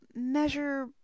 measure